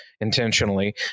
intentionally